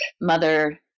mother